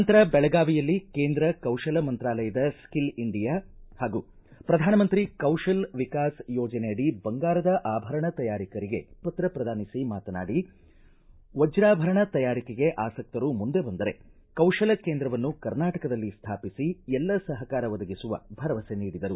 ನಂತರ ಬೆಳಗಾವಿಯಲ್ಲಿ ಕೇಂದ್ರ ಕೌಶಲ ಮಂತ್ರಾಲಯದ ಸ್ಕಲ್ ಇಂಡಿಯಾ ಹಾಗೂ ಪ್ರಧಾನಮಂತ್ರಿ ಕೌಶಲ್ ವಿಕಾಸ ಯೋಜನೆ ಅಡಿ ಬಂಗಾರದ ಆಭರಣ ತಯಾರಕರಿಗೆ ಪ್ರಮಾಣ ಪತ್ರ ಪ್ರದಾನಿಸಿ ಮಾತನಾಡಿ ವಜ್ರಾಭರಣ ತಯಾರಿಕೆಗೆ ಆಸಕ್ತರು ಮುಂದೆ ಬಂದರೆ ಕೌಶಲ ಕೇಂದ್ರವನ್ನು ಕರ್ನಾಟಕದಲ್ಲಿ ಸ್ನಾಪಿಸಿ ಎಲ್ಲ ಸಹಕಾರ ಒದಗಿಸುವ ಭರವಸೆ ನೀಡಿದರು